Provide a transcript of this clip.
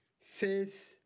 faith